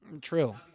True